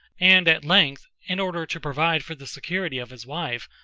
and at length, in order to provide for the security of his wife,